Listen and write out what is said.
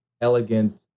elegant